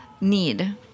Need